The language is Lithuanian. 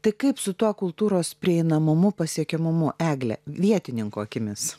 tai kaip su tuo kultūros prieinamumu pasiekiamumu egle vietininko akimis